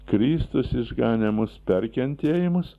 kristus išganė mus per kentėjimus